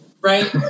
Right